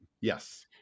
Yes